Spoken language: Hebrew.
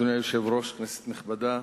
אדוני היושב-ראש, כנסת נכבדה,